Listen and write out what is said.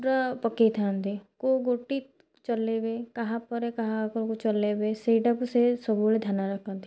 ପୁରା ପକାଇଥାନ୍ତି କେଉଁ ଗୋଟି ଚଲେଇବେ କାହା ପରେ କାହାକୁ ଚଲାଇବେ ସେଇଟାକୁ ସେ ସବୁବେଳେ ଧ୍ୟାନ ରଖନ୍ତି